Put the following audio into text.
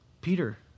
Peter